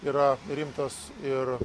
yra rimtos ir